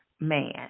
man